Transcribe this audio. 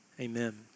Amen